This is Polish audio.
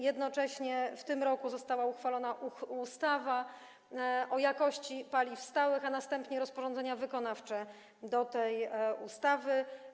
Jednocześnie w tym roku została uchwalona ustawa o jakości paliw stałych, a następnie zostało wydane rozporządzenie wykonawcze do tej ustawy.